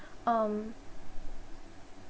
um